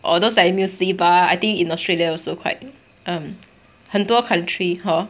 or those like you muesli bar I think in australia also quite um 很多 country !huh!